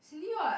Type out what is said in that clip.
Cindy what